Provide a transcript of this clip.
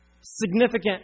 significant